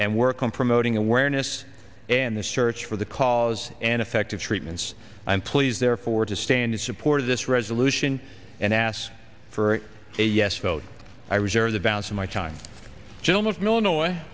and work on promoting awareness and the search for the calls and effective treatments and please therefore to stand in support of this resolution and ask for a yes vote i reserve the balance of my time gentleman from illinois